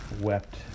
wept